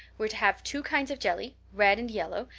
we're to have two kinds of jelly, red and yellow,